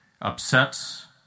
upsets